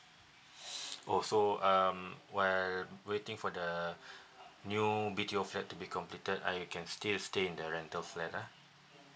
oh so um while waiting for the new B_T_O flat to be completed I can still stay in the rental flat ah